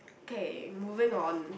okay moving on